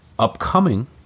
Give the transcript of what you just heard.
upcoming